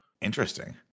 interesting